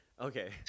Okay